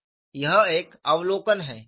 यह एक अवलोकन है